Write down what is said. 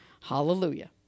Hallelujah